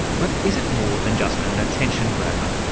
but is it more than just an an attention grabber?